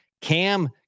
Cam